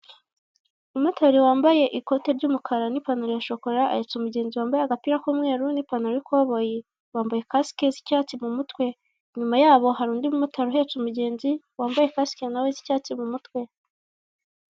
Umumotari wambaye ikote ry'umukara n'ipantaro ya shokola, ahetse umugenzi wambaye agapira k'umweru n'ipantaro y'ikoboyi bambaye kasike z'icyatsi mu mutwe, inyuma yabo hari undi mumotari uhetse umugenzi, wambaye nawe z'icyatsi mu mutwe.